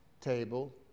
table